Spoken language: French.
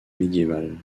médiévale